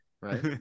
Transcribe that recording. Right